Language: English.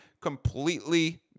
completely